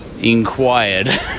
inquired